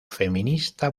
feminista